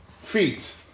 feet